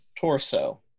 torso